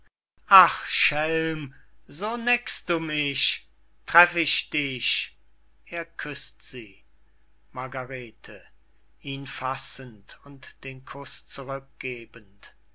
ach schelm so neckst du mich treff ich dich er küßt sie margarete ihn fassend und den kuß zurück